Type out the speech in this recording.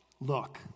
look